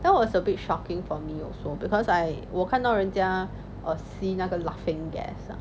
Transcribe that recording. that was a big shocking for me also because I 我看到人家 err 吸那个 laughing gas lah